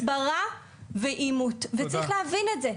הסברה ועימות וצריך להבין את זה,